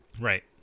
Right